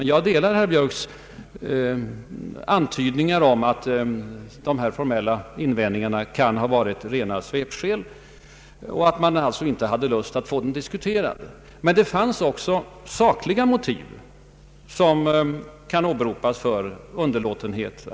Jag delar emellertid herr Björks antydningar om att sådana formella invändningar kan ha varit svepskäl och att man alltså inte hade lust att få rapporten diskuterad. Men det fanns också sakliga motiv som kunde åberopats för dessa strävanden.